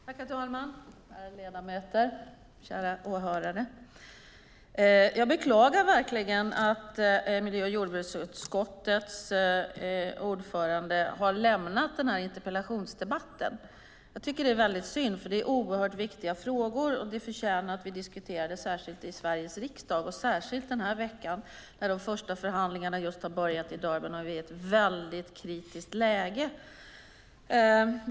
Herr talman, ärade ledamöter och kära åhörare! Jag beklagar verkligen att miljö och jordbruksutskottets ordförande har lämnat interpellationsdebatten. Det är väldigt synd, för detta är oerhört viktiga frågor som förtjänar att diskuteras i Sveriges riksdag, särskilt den här veckan när de första förhandlingarna just har börjat i Durban och det är ett väldigt kritiskt läge.